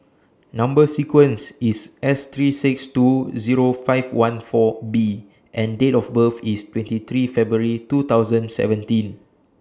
Number sequence IS S three six two Zero five one four B and Date of birth IS twenty three February two thousand seventeen